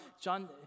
John